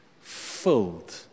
filled